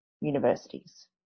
universities